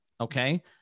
Okay